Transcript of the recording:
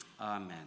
Amen